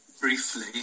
briefly